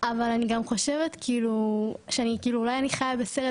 אבל אני גם חושבת כאילו שאני כאילו אולי אני חיה בסרט,